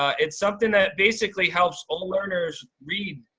ah it's something that basically helps all learners read.